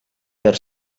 per